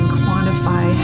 quantify